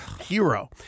hero